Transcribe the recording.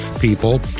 people